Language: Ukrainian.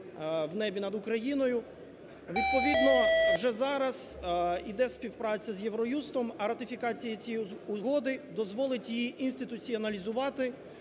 в небі над Україною. Відповідно вже зараз іде співпраця з Євроюстом, а ратифікації цієї угоди дозволить її інституціоналізувати,